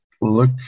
look